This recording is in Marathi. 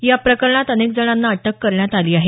या प्रकरणात अनेक जणांना अटक करण्यात आलेली आहे